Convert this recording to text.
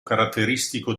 caratteristico